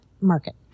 market